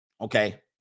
Okay